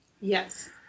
Yes